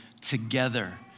together